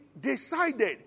decided